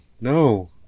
No